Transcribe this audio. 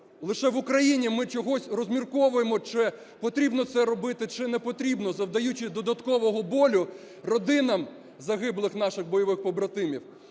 Лише в Україні ми чогось розмірковуємо, чи потрібно це робити, чи непотрібно, завдаючи додаткового болю родинам загиблих наших бойових побратимів